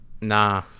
Nah